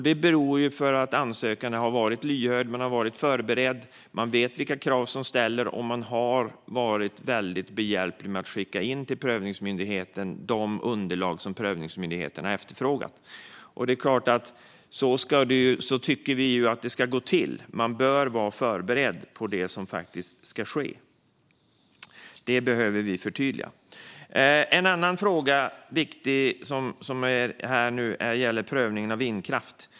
Det beror på att den sökande har varit lyhörd, förberedd, vetat vilka krav som ställs och varit väldigt behjälplig med att skicka in de underlag till prövningsmyndigheten som myndigheten har efterfrågat. Så tycker vi att det ska gå till. Man bör vara förberedd på det som faktiskt ska ske, och vi behöver förtydliga vad som behövs. En annan viktig fråga gäller prövningen av vindkraft.